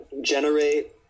generate